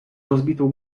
rozbitą